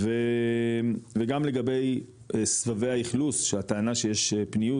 וגם לגבי סבבי האכלוס שהטענה שיש פניות,